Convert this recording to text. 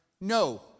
no